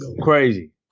crazy